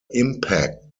impact